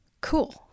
Cool